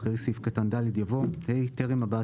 אחרי סעיף קטן (ד) יבוא: "(ה) טרם הבעת